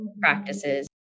practices